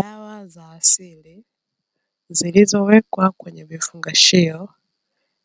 Dawa za asili, zilizowekwa kwenye vifungashio,